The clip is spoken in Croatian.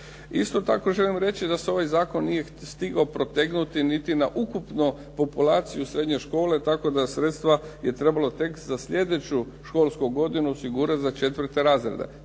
Isto tako želim reći da se ovaj zakon nije stigao protegnuti niti na ukupnu populaciju srednje škole, tako da sredstva je trebalo tek za sljedeću školsku godinu osigurati za 4. razrede.